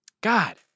God